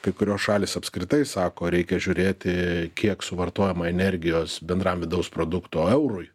kai kurios šalys apskritai sako reikia žiūrėti kiek suvartojama energijos bendram vidaus produkto eurui